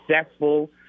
successful